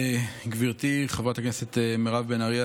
גברתי חברת הכנסת מירב בן ארי,